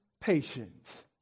patience